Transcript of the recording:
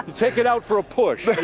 take it out for a push.